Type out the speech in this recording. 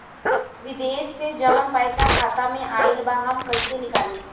विदेश से जवन पैसा खाता में आईल बा हम कईसे निकाली?